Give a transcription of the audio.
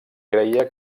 creia